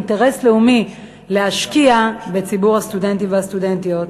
אינטרס לאומי להשקיע בציבור הסטודנטים והסטודנטיות.